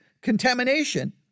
contamination